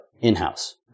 in-house